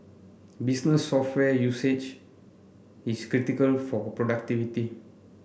business software usage is critical for productivity